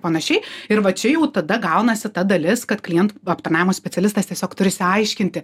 panašiai ir va čia jau tada gaunasi ta dalis kad klientų aptarnavimo specialistas tiesiog turi išsiaiškinti